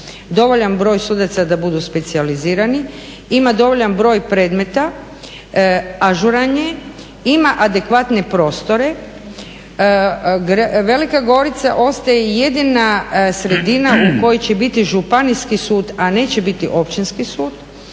dovoljan broj sudaca da budu specijalizirani, ima dovoljan broj predmeta, ažuran je, ima adekvatne prostore. Velika Gorica ostaje jedina sredina u kojoj će biti županijski sud, a neće biti općinski sud,